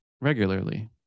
regularly